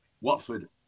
Watford